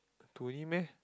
to him meh